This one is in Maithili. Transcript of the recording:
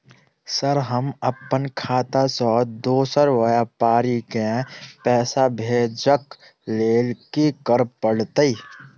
सर हम अप्पन खाता सऽ दोसर व्यापारी केँ पैसा भेजक लेल की करऽ पड़तै?